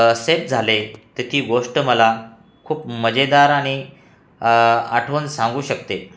शेत झाले तर ती गोष्ट मला खूप मजेदार आणि आठवण सांगू शकते